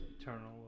Eternal